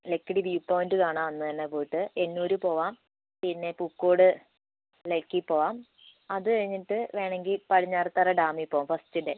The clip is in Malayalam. ലക്കിടി വ്യൂ പോയിൻ്റ് കാണാം അന്നുതന്നെ പോയിട്ട് എന്നൂർ പോവാം പിന്നെ പൂക്കോട് ലെയ്ക്കിൽ പോവാം അതുകഴിഞ്ഞിട്ട് വേണമെങ്കിൽ പടിഞ്ഞാറത്തറ ഡാമിൽ പോവാം ഫസ്റ്റ് ഡേ